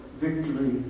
victory